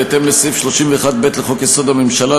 בהתאם לסעיף 31(ב) לחוק-יסוד: הממשלה,